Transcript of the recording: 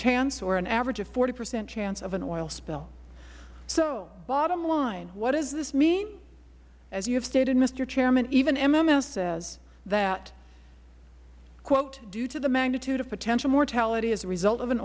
chance or an average of forty percent chance of an oil spill so bottom line what does this mean as you have stated mister chairman even mms says that quote due to the magnitude of potential mortality as a result of an